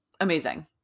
Amazing